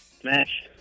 Smash